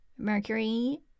mercury